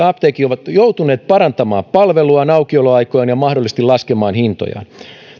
apteekit ovat joutuneet parantamaan palveluaan aukioloaikojaan ja mahdollisesti laskemaan hintojaan